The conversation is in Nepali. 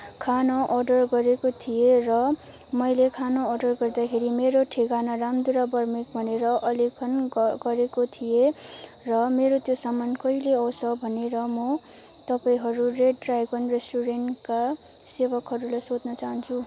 खाना अर्डर गरेको थिएँ र मैले खाना अर्डर गर्दाखेरि मेरो ठेगाना रामधुरा बर्मिक भनेर अलेकन गरेको थिएँ र मेरो त्यो सामान कहिले आउँछ भनेर म तपाईँहरू रेड ड्राइगन रेस्टुरेन्टका सेवकहरूलाई सोध्न चाहन्छुँ